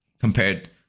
compared